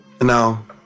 Now